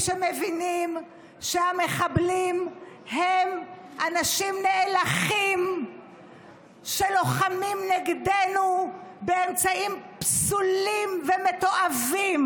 שמבינים שהמחבלים הם אנשים נאלחים שלוחמים נגדנו באמצעים פסולים ומתועבים.